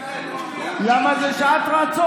תגיד את האמת, למה אתה מחכה, כי זאת שעת רצון.